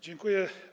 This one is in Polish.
Dziękuję.